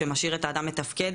שמשאיר את האדם מתפקד.